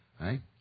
Right